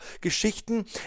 Geschichten